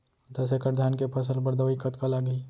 दस एकड़ धान के फसल बर दवई कतका लागही?